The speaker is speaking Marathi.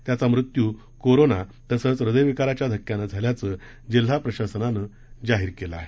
त्याचा मृत्यू कोरोना तसंच हृदय विकाराच्याधक्क्यानं झाल्याच जिल्हा प्रशासनानं जाहीर केले आहे